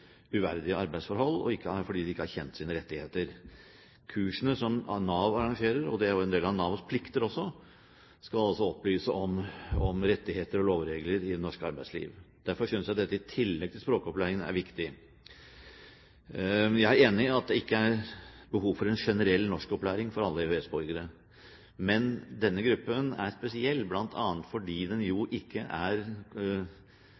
uverdige arbeidsforhold fordi de ikke har kjent til sine rettigheter. Kursene som Nav arrangerer – og det er en del av Navs plikter også – skal opplyse om rettigheter, lover og regler i norsk arbeidsliv. Derfor synes jeg dette er viktig i tillegg til språkopplæringen. Jeg er enig i at det ikke er behov for en generell norskopplæring for alle EØS-borgere, men denne gruppen er spesiell, bl.a. fordi den